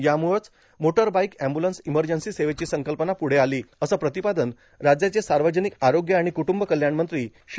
यामुळंच motor bike ambulance emergency सेवेची संकल्पना पुढे आली असं प्रतिपादन राज्याचे सार्वजनिक आरोग्य आणि कुटुंबकल्याण मंत्री श्री